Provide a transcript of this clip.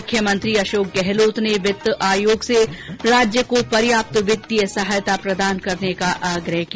मुख्यमंत्री अशोक गहलोत ने वित्त आयोग से राज्य को पर्याप्त वित्तीय सहायता प्रदान करने का आग्रह किया